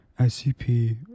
scp